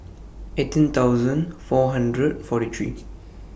eighteen thousand four hundred forty three